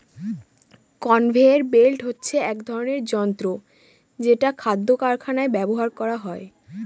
conveyor belt হচ্ছে এক ধরনের যন্ত্র যেটা খাদ্য কারখানায় ব্যবহার করা হয়